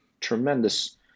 tremendous